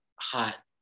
hot